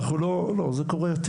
לא, זה קורה יותר.